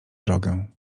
drogę